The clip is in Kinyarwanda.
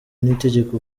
n’itegeko